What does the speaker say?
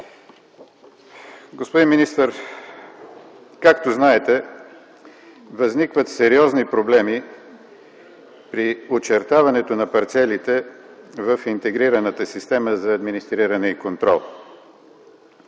Господин министър, както знаете, възникват сериозни проблеми при очертаването на парцелите в Интегрираната система за администриране и контрол.